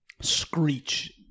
screech